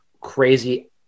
crazy